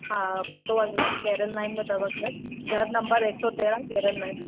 हा पतो आहे कैरीन लाइन में अथव घर घर नंबर हिक सौ तेरहं कैरीन लाइन